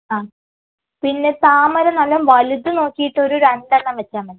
ആ പിന്നെ താമര നല്ല വലുത് നോക്കിയിട്ട് ഒരു രണ്ടെണ്ണം വെച്ചാൽ മതി